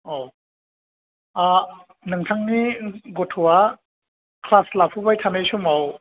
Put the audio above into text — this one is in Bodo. औ नोंथांनि गथ'आ क्लास लाफुबाय थानाय समाव